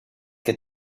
que